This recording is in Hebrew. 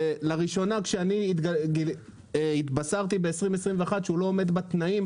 ולראשונה כשאני התבשרתי ב-2021 שהוא לא עומד בתנאים,